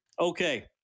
Okay